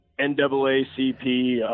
NAACP